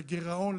לגירעון,